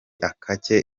ake